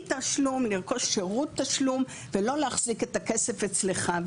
תשלום לרכוש שירות תשלום ולא להחזיק את הכסף אצלך.